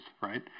right